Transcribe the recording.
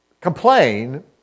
complain